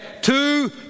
two